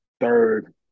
third